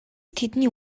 тэдний